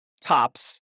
tops